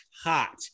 hot